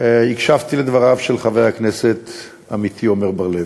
הקשבתי לדבריו של חבר הכנסת עמיתי עמר בר-לב.